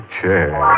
chair